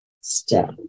step